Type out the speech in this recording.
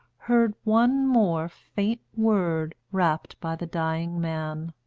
heard one more faint word rapped by the dying man.